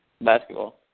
basketball